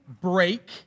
break